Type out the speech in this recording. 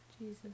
Jesus